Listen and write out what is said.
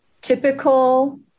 typical